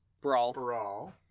brawl